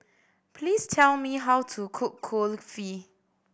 please tell me how to cook Kulfi